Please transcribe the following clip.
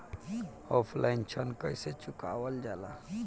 Offline ऋण कइसे चुकवाल जाला?